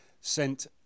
sent